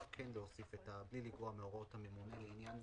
כן להוסיף את "בלי לגרוע מהוראות הממונה לעניין".